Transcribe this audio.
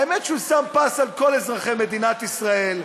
האמת היא שהוא שם פס על כל אזרחי מדינת ישראל,